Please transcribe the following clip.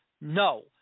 No